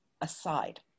aside